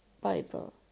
Bible